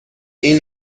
این